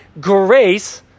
grace